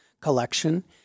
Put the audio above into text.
collection